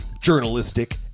journalistic